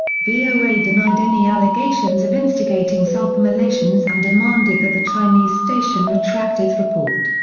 voa denied any allegations of instigating self-immolations and demanded that the chinese station retract its report.